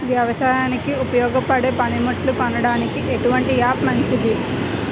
వ్యవసాయానికి ఉపయోగపడే పనిముట్లు కొనడానికి ఎటువంటి యాప్ మంచిది?